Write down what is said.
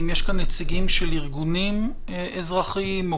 אם יש כאן נציגים של ארגונים אזרחיים או